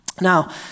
Now